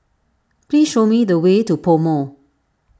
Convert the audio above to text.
please show me the way to PoMo